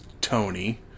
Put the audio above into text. Tony